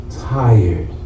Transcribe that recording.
tired